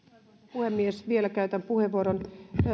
puhemies vielä käytän puheenvuoron